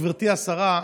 גברתי השרה,